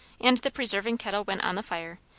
and the preserving kettle went on the fire,